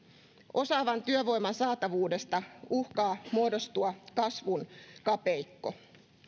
osaavan työvoiman saatavuudesta uhkaa muodostua kasvun kapeikko